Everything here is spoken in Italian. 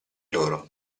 loro